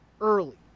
early